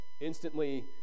instantly